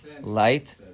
light